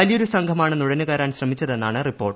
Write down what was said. വലിയൊരു സംഘമാണ് നുഴഞ്ഞുകയറാൻ ശ്രമിച്ചതെന്നാണ് റിപ്പോർട്ട്